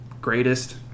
greatest